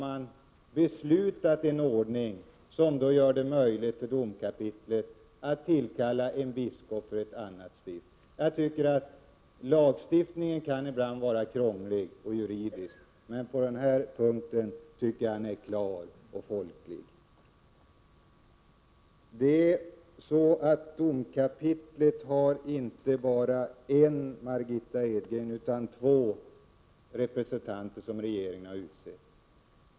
Man har därför beslutat om en ordning som gör det möjligt för domkapitlet att tillkalla en biskop från ett annat stift. Lagstiftningen kan ibland vara juridiskt krånglig, men på den här punkten tycker jag att den är klar och lättbegriplig. Domkapitlet har, Margitta Edgren, inte bara en utan två av regeringen utsedda representanter.